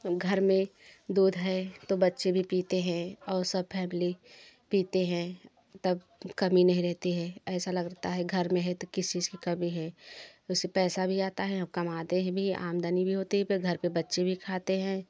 घर में दूध है तो बच्चे भी पीते हैं और सब फैमिली पीते हैं तब कमी नहीं रहती है ऐसा लगता है घर में है तो किस चीज की कमी है उससे पैसा भी आता है हम कमाते है भी आमदनी भी होते है पे घर पे बच्चे भी खाते हैं